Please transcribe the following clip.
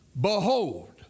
Behold